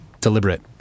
deliberate